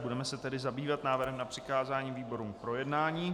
Budeme se zabývat návrhem na přikázání výborům k projednání.